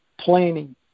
planning